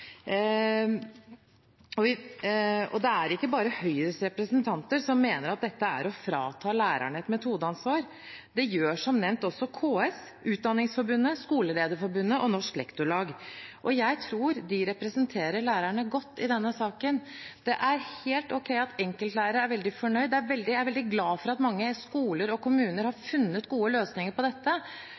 her i dag. Det er ikke bare Høyres representanter som mener at dette er å frata lærerne et metodeansvar. Det gjør som nevnt også KS, Utdanningsforbundet, Skolelederforbundet og Norsk Lektorlag. Jeg tror de representerer lærerne godt i denne saken. Det er helt ok at enkeltlærere er veldig fornøyd, og jeg er veldig glad for at mange skoler og kommuner har funnet gode løsninger på dette.